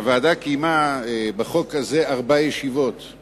הוועדה קיימה ארבע ישיבות על הצעת החוק הזאת.